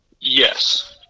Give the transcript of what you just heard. Yes